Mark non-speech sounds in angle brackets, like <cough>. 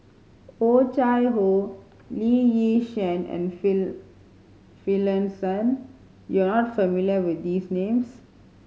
Oh Chai Hoo Lee Yi Shyan and <unintelligible> Finlayson you are not familiar with these names